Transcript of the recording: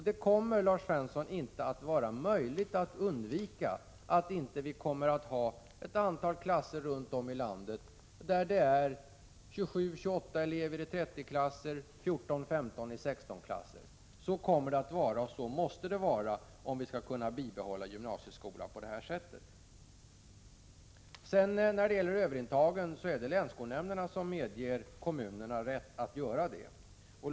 Det kommer inte att vara möjligt att undvika ett antal 30-klasser runt om i landet med 27-28 elever och 16-klasser med 14-15 elever. Så kommer det att vara och så måste det vara, om vi skall kunna bibehålla gymnasieskolan på detta sätt. Det är länsskolnämnderna som medger kommunerna rätt att göra överintag.